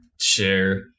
share